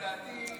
לדעתי,